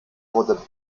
wurde